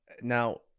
Now